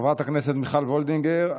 חברת הכנסת מיכל וולדיגר,